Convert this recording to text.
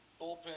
bullpen